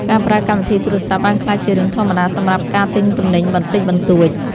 ការប្រើកម្មវិធីទូរសព្ទ បានក្លាយជារឿងធម្មតាសម្រាប់ការទិញទំនិញបន្តិចបន្តួច។